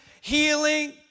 healing